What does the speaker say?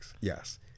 Yes